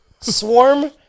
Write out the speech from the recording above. swarm